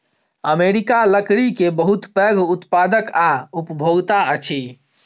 America लकड़ी के बहुत पैघ उत्पादक आ उपभोगता अछि